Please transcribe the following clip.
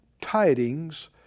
tidings